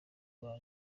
rwa